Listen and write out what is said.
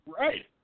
Right